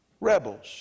Rebels